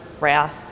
wrath